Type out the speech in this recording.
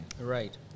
Right